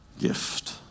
gift